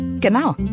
Genau